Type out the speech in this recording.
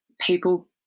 people